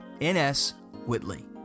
NSWhitley